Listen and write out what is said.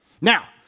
Now